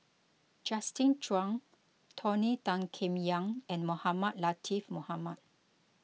Justin Zhuang Tony Tan Keng Yam and Mohamed Latiff Mohamed